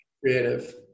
Creative